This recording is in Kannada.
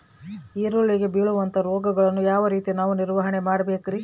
ಈರುಳ್ಳಿಗೆ ಬೇಳುವಂತಹ ರೋಗಗಳನ್ನು ಯಾವ ರೇತಿ ನಾವು ನಿವಾರಣೆ ಮಾಡಬೇಕ್ರಿ?